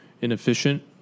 inefficient